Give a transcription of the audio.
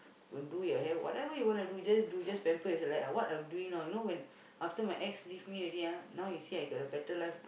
don't do it I have whatever you want to do just do just pamper yourself like what I'm doing now you when after my ex leave me already ah now you see I got a better life